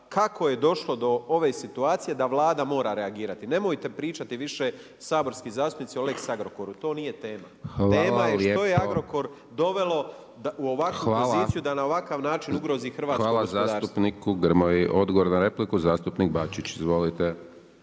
kako je došlo do ove situacije da Vlada mora reagirati. Nemojte pričati više saborski zastupnici o lex Agrokoru. To nije tema, tema je što je Agrokor u ovakvu poziciju, da na ovakav način ugrozi hrvatsko gospodarstvo. **Hajdaš Dončić, Siniša (SDP)** Hvala zastupniku Grmoji. Odgovor na repliku zastupnik Bačić. Izvolite.